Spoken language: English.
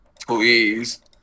Please